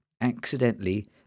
accidentally